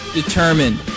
determined